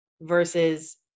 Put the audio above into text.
Versus